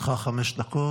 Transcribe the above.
לרשותך חמש דקות,